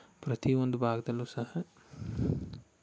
ಪ್ರತೀ ಒಂದು ಭಾಗ್ದಲ್ಲೂ ಸಹ